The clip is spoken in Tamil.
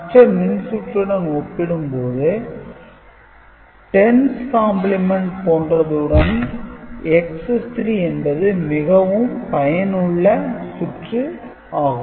மற்ற மின்சுற்றுடன் ஒப்பிடும்போது 10's கம்பிளிமெண்ட் போன்றதுடன் XS 3 என்பது மிகவும் பயனுள்ள சுற்று ஆகும்